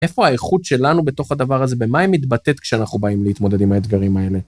איפה האיכות שלנו בתוך הדבר הזה, במה היא מתבטאת כשאנחנו באים להתמודד עם האתגרים האלה?